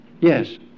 Yes